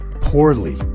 poorly